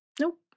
nope